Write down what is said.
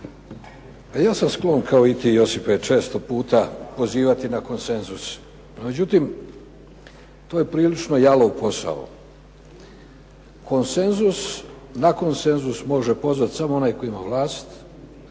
Ja sam sklon kao i ti Josipe često puta pozivati na konsenzus. Međutim, to je prilično jalov posao. Na konsenzus može pozvati samo onaj tko ima vlast,